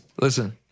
listen